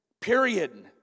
period